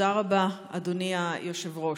תודה רבה, אדוני היושב-ראש.